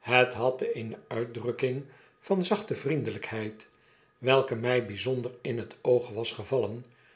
het had eene uitdrukking van zachte vriendelykheid welke my bijzonder in het oog was gevallen